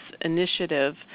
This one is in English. initiative